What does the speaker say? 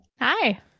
hi